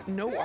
no